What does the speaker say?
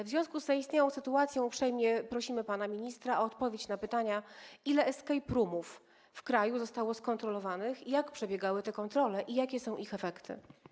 W związku z zaistniałą sytuacją uprzejmie prosimy pana ministra o odpowiedź na pytania: Ile escape roomów zostało skontrolowanych, jak przebiegały te kontrole i jakie są ich efekty?